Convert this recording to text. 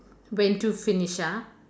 when to finish ah